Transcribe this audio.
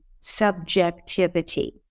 subjectivity